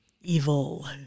evil